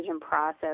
process